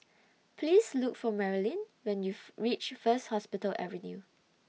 Please Look For Marylyn when YOU REACH First Hospital Avenue